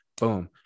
boom